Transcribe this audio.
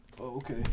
okay